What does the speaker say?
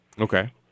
Okay